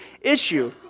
issue